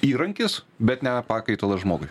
įrankis bet ne pakaitalas žmogui